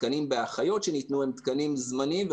והתקנים באחיות שניתנו הם תקנים זמניים,